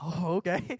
okay